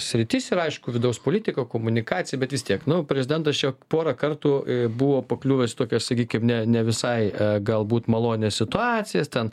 sritis ir aišku vidaus politika komunikacija bet vis tiek nu prezidentas čia porą kartų buvo pakliuvęs į tokias sakykim ne ne visai galbūt malonias situacijas ten